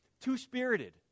two-spirited